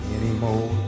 anymore